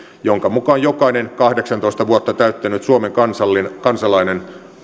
jonka mukaan jokainen kahdeksantoista vuotta täyttänyt suomen kansalainen